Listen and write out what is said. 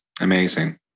amazing